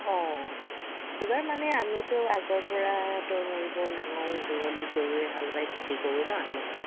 অঁ এইবাৰ মানে আমিতো আগৰপৰাতো নৈবোৰ নাঙল যুৱলি গৰুৰে হাল বাই খেতি কৰো ন আগৰপৰা